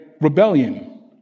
rebellion